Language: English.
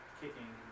kicking